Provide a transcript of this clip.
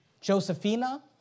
Josephina